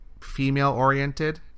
female-oriented